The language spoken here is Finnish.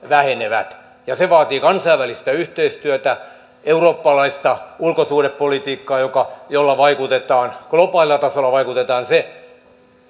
vähenevät se vaatii kansainvälistä yhteistyötä eurooppalaista ulkosuhdepolitiikkaa jolla vaikutetaan globaalilla tasolla se